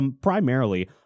Primarily